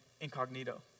incognito